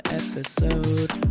episode